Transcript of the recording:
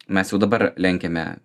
mes jau dabar lenkiame